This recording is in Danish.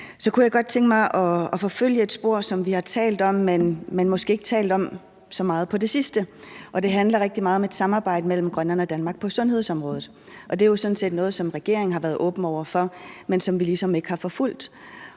Så kunne jeg godt tænke mig at forfølge et spor, som vi har talt om, men som vi måske ikke har talt så meget om på det sidste. Det handler rigtig meget om et samarbejde mellem Grønland og Danmark på sundhedsområdet. Det er jo sådan set noget, regeringen har været åben over for, men som vi ligesom ikke har forfulgt.